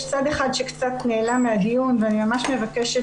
יש צד אחד שקצת נעלם מהדיון ואני ממש מבקשת